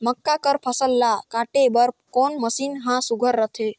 मक्का कर फसल ला काटे बर कोन मशीन ह सुघ्घर रथे?